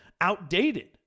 outdated